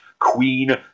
Queen